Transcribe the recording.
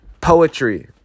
poetry